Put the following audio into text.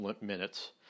minutes